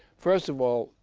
first of all,